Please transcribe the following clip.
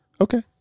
Okay